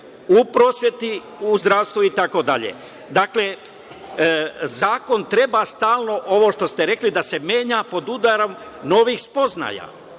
u prosveti, u zdravstvu, itd. Zakon treba stalno, ovo što ste rekli, da se menja, pod udarom novih spoznaja,